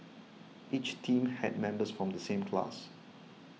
each team had members from the same class